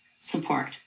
support